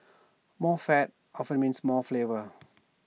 more fat often means more flavour